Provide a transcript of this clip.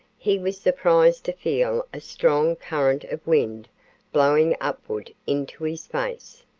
he was surprised to feel a strong current of wind blowing upward into his face.